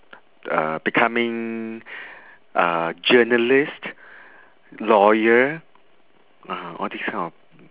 uh becoming uh journalist lawyer uh all these kind of